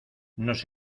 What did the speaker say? nos